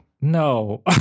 No